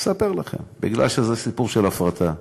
אספר לכם, מפני שזה סיפור של הפרטה.